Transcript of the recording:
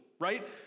right